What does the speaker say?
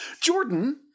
jordan